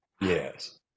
Yes